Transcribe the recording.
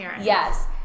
Yes